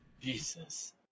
jesus